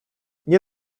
nie